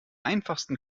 einfachsten